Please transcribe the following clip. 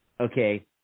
Okay